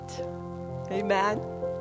Amen